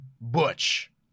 Butch